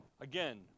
again